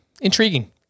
intriguing